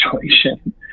situation